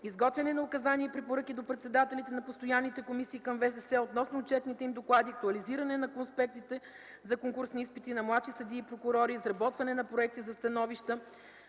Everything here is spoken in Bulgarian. изготвяне на указания и препоръки до председателите на постоянните комисии към ВСС относно отчетните им доклади, актуализиране на конспектите за конкурсни изпити на младши съдии и прокурори, изработване на проекти за становища